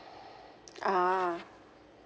ah